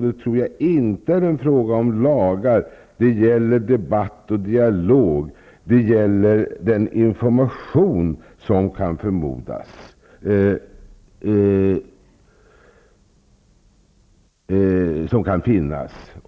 detta inte är en fråga om lagar, utan gäller debatt och dialog och den information som kan finnas.